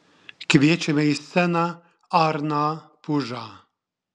kviečiame į sceną arną pužą